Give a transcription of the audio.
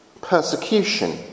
persecution